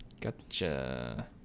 gotcha